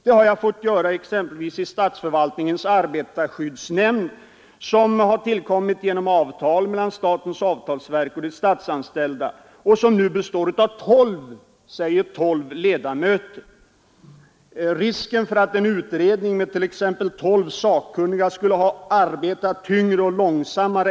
Så har jag fått göra exempelvis i statsförvaltningens arbetarskyddsnämnd, som har tillkommit genom avtal mellan statens avtalsverk och de statsanställda och som nu består av tolv — säger tolv — ledamöter. Risken för att en utredning med t.ex. tolv sakkunniga skulle ha arbetat tyngre es uppenbar.